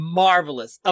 marvelous